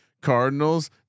Cardinals